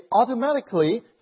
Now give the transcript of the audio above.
automatically